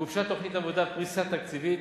גובשה תוכנית עבודה ופריסה תקציבית.